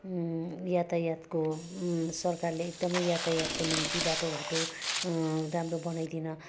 यातायातको सरकारले एकदमै यातायातको निम्ति बाटोघाटो राम्रो बनाइदिन